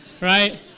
right